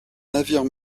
navire